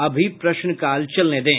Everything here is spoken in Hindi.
अभी प्रश्नकाल चलने दें